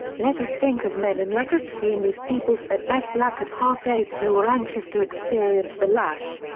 let us think as men and let us see in these peoples at best lacquered half-apes who are anxious to experience the lash.